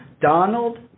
Donald